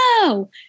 no